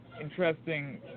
interesting